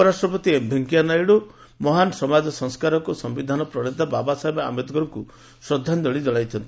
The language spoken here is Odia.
ଉପରାଷ୍ଟ୍ରପତି ଏମ୍ ଭେଙ୍କେୟା ନାଇଡ଼ୁ ମହାନ ସମାଜ ସଂସ୍କାରକ ଓ ସିୟିଧାନ ପ୍ରଣେତା ବାବାସାହେବ ଆମ୍ବେଦକରଙ୍କୁ ଶ୍ରଦ୍ଧାଞ୍ଚଳି ଜଣାଇଛନ୍ତି